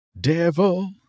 Devil